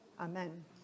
Amen